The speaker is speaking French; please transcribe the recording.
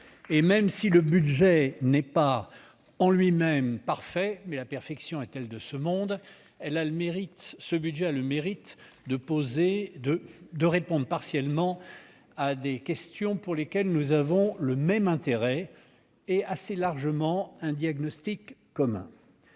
même s'il n'est pas en lui-même parfait- la perfection est-elle de ce monde ?-, ce budget a le mérite de répondre partiellement à des questions pour lesquelles nous avons le même intérêt et sur lesquelles nous portons un diagnostic commun.